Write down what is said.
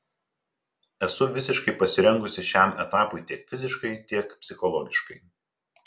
esu visiškai pasirengusi šiam etapui tiek fiziškai tiek psichologiškai